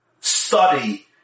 study